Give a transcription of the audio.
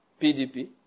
PDP